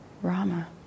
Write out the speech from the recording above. Rama